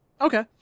okay